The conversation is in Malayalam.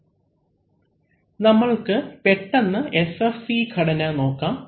അവലംബിക്കുന്ന സ്ലൈഡ് സമയം 0513 നമ്മൾക്ക് പെട്ടെന്ന് SFC ഘടന നോക്കാം